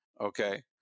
okay